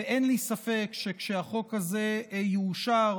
ואין לי ספק שכשהחוק הזה יאושר,